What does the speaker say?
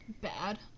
Bad